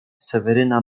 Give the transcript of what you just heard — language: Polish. seweryna